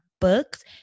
books